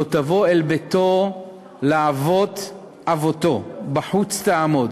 לא תבֹא אל ביתו לעבֹט עבֹטו, בחוץ תעמֹד,